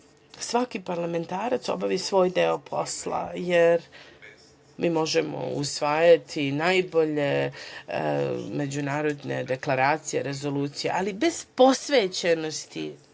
svaki parlamentarac obavi svoj deo posla, jer mi možemo usvajati najbolje međunarodne deklaracije i rezolucije, ali bez posvećenosti